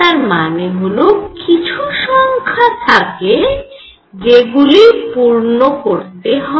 তার মানে হল কিছু সংখ্যা থাকে যেগুলি পূর্ণ করতে হয়